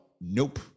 Nope